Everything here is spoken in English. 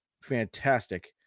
Fantastic